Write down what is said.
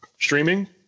streaming